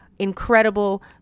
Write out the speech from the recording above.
incredible